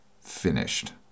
finished